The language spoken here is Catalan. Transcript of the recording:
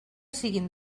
siguin